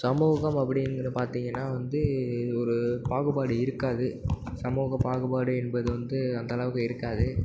சமூகம் அப்படிங்கிறது பார்த்தீங்கனா வந்து ஒரு பாகுபாடு இருக்காது சமூக பகுபாடு என்பது வந்து அந்தளவுக்கு இருக்காது